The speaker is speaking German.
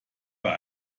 war